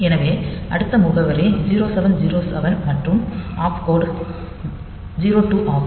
எனவே அடுத்த முகவரி 0707 மற்றும் ஆஃப் குறியீடு 02 ஆகும்